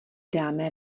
dáme